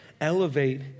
Elevate